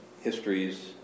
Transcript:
histories